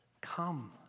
come